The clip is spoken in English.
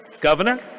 Governor